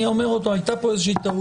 אני אומר עוד פעם: הייתה פה איזה טעות.